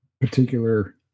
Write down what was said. particular